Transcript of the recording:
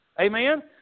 Amen